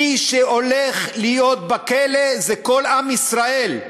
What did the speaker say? מי שהולך להיות בכלא זה כל עם ישראל.